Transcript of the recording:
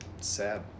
sad